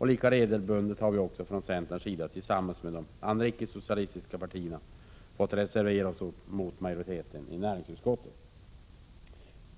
Lika regelbundet har vi från centern tillsammans med de andra icke-socialistiska partierna fått reservera oss mot majoriteten i näringsutskottet.